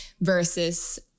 versus